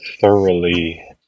thoroughly